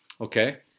Okay